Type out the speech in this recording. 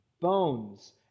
bones